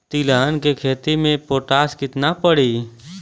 तिलहन के खेती मे पोटास कितना पड़ी?